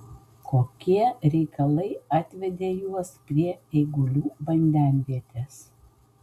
kokie reikalai atvedė juos prie eigulių vandenvietės